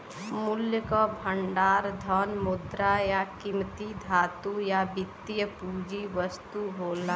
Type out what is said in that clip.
मूल्य क भंडार धन, मुद्रा, या कीमती धातु या वित्तीय पूंजी वस्तु होला